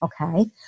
okay